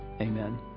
Amen